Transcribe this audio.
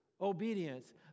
obedience